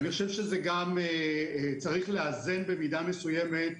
אני חושב שגם צריך לאזן במידה מסוימת,